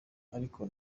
ariko